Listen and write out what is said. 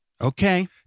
Okay